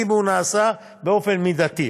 אם הוא נעשה באופן מידתי.